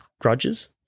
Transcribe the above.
grudges